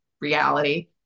reality